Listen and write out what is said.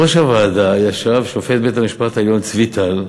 בראש הוועדה ישב שופט בית-המשפט העליון צבי טל,